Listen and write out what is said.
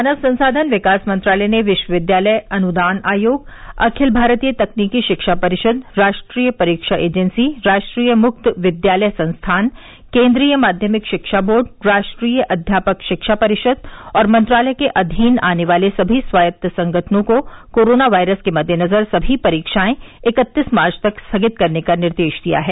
मानव संसाधन विकास मंत्रालय ने विश्वविद्यालय अनुदान आयोग अखिल भारतीय तकनीकी शिक्षा परिषद राष्ट्रीय परीक्षा एजेंसी राष्ट्रीय मुक्त विद्यालय संस्थान केन्द्रीय माध्यमिक शिक्षा बोर्ड राष्ट्रीय अध्यापक शिक्षा परिषद और मंत्रालय के अधीन आने वाले सभी स्वायत्त संगठनों को कोरोना वायरस के मद्देनजर सभी परीक्षाएं इकत्तीस मार्च तक स्थगित करने का निर्देश दिया है